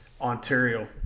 Ontario